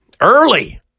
early